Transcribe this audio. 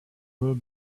will